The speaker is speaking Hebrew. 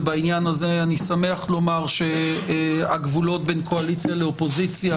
ובעניין הזה אני שמח לומר שהגבולות בין הקואליציה לאופוזיציה